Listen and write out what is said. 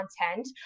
content